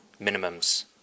minimums